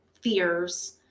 fears